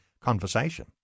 conversation